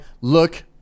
look